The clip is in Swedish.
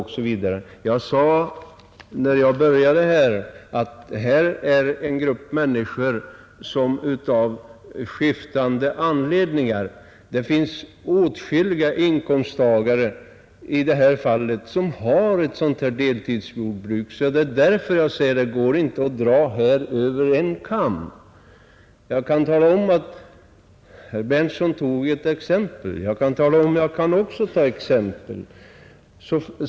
Jag sade i mitt tidigare anförande att det här gäller en grupp människor som av skiftande anledningar har ett dylikt deltidsjordbruk. Det rör sig om åtskilliga slag av inkomsttagare, och det är därför det inte går att skära alla över en kam. Herr Berndtsson tog ett exempel, och det kan också jag göra.